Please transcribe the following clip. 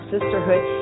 Sisterhood